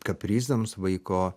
kaprizams vaiko